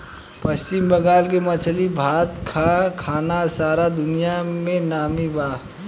पश्चिम बंगाल के मछली भात आ खाना सारा दुनिया में नामी बा